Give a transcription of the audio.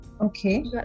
okay